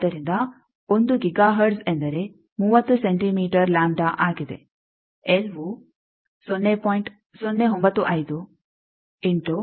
ಆದ್ದರಿಂದ 1 gigahertz ಎಂದರೆ 30 centimetre lambda ಆಗಿದೆ ಎಲ್ವು 0